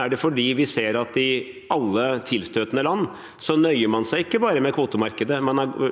er det fordi vi ser at i alle tilstøtende land nøyer man seg ikke bare med kvotemarkedet.